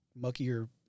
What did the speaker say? muckier